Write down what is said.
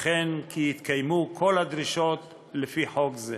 וכן כי התקיימו כל הדרישות לפי חוק זה.